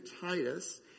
Titus